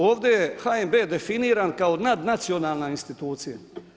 Ovdje je HNB definiran kao nadnacionalna institucija.